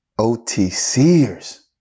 OTCers